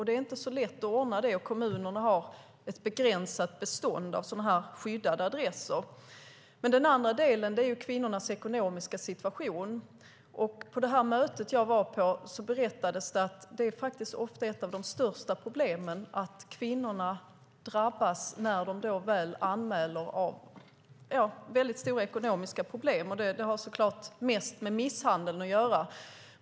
Det är inte så lätt att ordna det, och kommunerna har ett begränsat bestånd av skyddade adresser. Den andra delen är kvinnornas ekonomiska situation. På det möte jag var berättades att oftast är ett av de största problemen att kvinnorna drabbas av väldigt stora ekonomiska när de väl anmäler. Det har mest med misshandeln att göra.